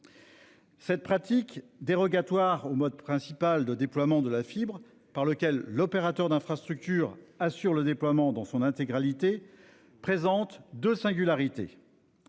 Cette pratique, dérogatoire au mode principal de déploiement de la fibre, par lequel l'opérateur d'infrastructures assure le déploiement dans son intégralité, présente deux singularités.